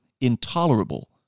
intolerable